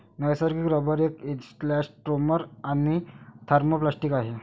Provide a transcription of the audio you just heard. नैसर्गिक रबर एक इलॅस्टोमर आणि थर्मोप्लास्टिक आहे